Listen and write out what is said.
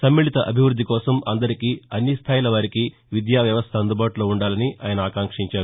సమ్మిళిత అభివృద్ది కోసం అందరికీ అన్ని స్టాయిల వారికీ విద్యా వ్యవస్ద అందుబాటులో వుండాలని ఆయన ఆకాంక్షించారు